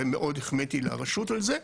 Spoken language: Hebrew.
ומאוד החמאתי לרשות על זה.